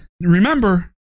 remember